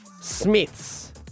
Smiths